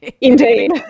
indeed